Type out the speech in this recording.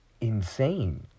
insane